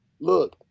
look